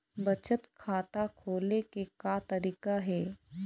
बचत खाता खोले के का तरीका हे?